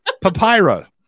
Papyrus